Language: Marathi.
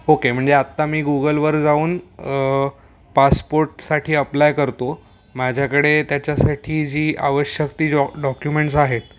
ओके म्हणजे आत्ता मी गुगलवर जाऊन पासपोर्टसाठी अप्लाय करतो माझ्याकडे त्याच्यासाठी जी आवश्यक ती जी डॉक्युमेंट्स आहेत